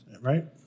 Right